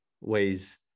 ways